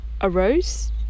arose